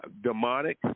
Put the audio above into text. demonic